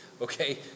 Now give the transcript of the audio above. okay